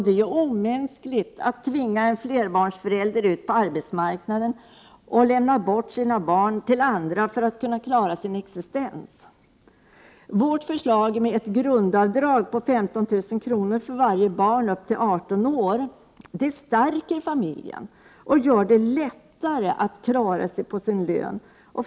Det är omänskligt att tvinga en flerbarnsförälder ut på arbetsmarknaden och lämna bort sina barn till andra för att kunna klara sin existens. Vårt förslag, med ett grundavdrag på 15 000 kr. för varje barn upp till 18 år, stärker familjen och gör det lättare att klara sig på sin lön.